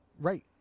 Right